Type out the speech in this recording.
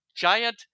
Giant